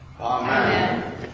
Amen